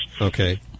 Okay